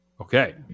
Okay